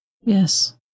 yes